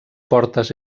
portes